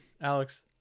Alex